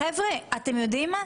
אתם יודעים מה?